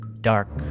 Dark